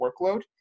workload